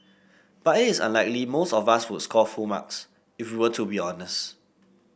but it is unlikely most of us would score full marks if we were to be honest